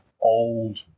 old